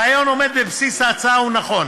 הרעיון העומד בבסיס ההצעה הוא נכון